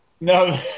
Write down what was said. no